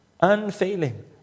Unfailing